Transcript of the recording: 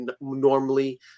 normally